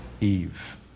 Eve